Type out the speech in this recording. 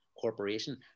corporation